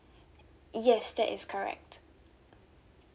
yes that is correct